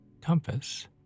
compass